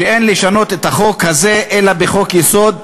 שאין לשנות את החוק הזה אלא בחוק-יסוד,